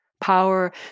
Power